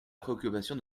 préoccupation